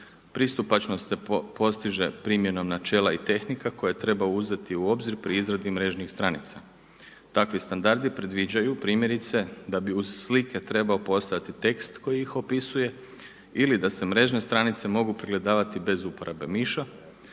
Pristupačnost se postiže primjenom načela i tehnika koje treba uzeti u obzir pri izradi mrežnih stranica. Takvi standardi predviđaju primjerice da bi uz slike trebao postojati tekst koji ih opisuje ili da se mrežne stranice mogu pregledavati bez uporabe miša